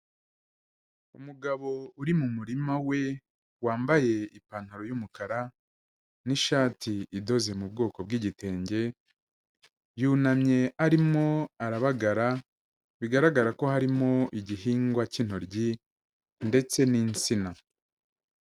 Umugabo uri mu murima we, wambaye ipantaro y'umukara n'ishati idoze mu bwoko bw'igitenge yunamye arimo arabagara bigaragara ko harimo igihingwa cy'intoryi ndetse n'insina.